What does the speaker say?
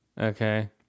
Okay